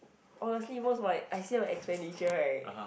honestly most of my I see my expenditure right